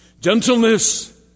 Gentleness